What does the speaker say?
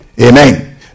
Amen